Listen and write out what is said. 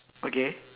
okay